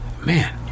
man